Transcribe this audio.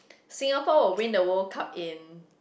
Singapore will win the World Cup in